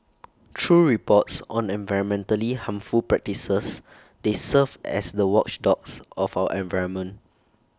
through reports on environmentally harmful practices they serve as the watchdogs of our environment